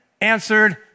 answered